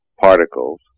particles